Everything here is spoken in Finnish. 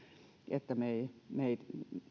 että me emme